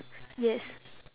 yes